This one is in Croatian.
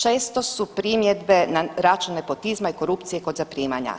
Često su primjedbe na račun nepotizma i korupcije kod zaprimanja.